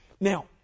Now